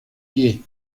pie